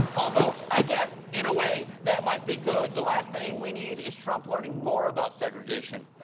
although i guess in a way that might be good. the last thing we need is trump learning more about segregation.